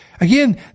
Again